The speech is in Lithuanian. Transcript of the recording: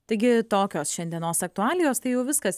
taigi tokios šiandienos aktualijos tai jau viskas